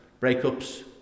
breakups